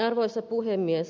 arvoisa puhemies